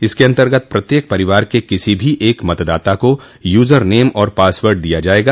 इसके अंतर्गत प्रत्येक परिवार के किसी भी एक मतदाता को यूजर नेम और पासवर्ड दिया जायेगा